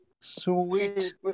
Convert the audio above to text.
Sweet